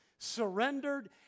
Surrendered